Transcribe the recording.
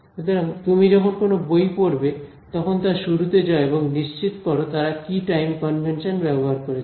সুতরাং তুমি যখন কোনও বই পড়বে তখন তার শুরুতে যাও এবং নিশ্চিত করো তারা কি টাইম কনভেনশন ব্যবহার করেছে